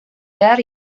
behar